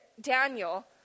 Daniel